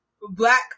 black